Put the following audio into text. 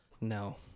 No